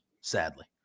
sadly